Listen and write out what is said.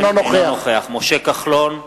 אינו נוכח משה כחלון,